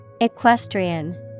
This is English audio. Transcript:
Equestrian